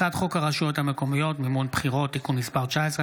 הצעת חוק הרשויות המקומיות (מימון בחירות) (תיקון מס' 19),